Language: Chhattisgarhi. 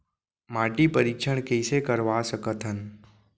माटी परीक्षण कइसे करवा सकत हन?